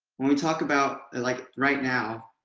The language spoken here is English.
when we talk about like right now,